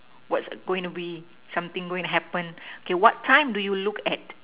what's going to be something going to happen okay what time do you look at